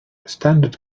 standard